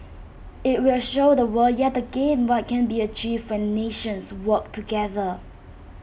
IT will show the world yet again what can be achieved when nations work together